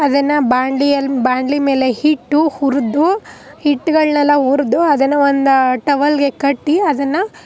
ಅದನ್ನು ಬಾಣಲಿಯಲ್ಲಿ ಬಾಣಲಿ ಮೇಲೆ ಹಿಟ್ಟು ಹುರಿದು ಹಿಟ್ಟುಗಳ್ನೆಲ್ಲ ಹುರಿದು ಅದನ್ನು ಒಂದು ಟವಲ್ಗೆ ಕಟ್ಟಿ ಅದನ್ನು